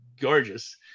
gorgeous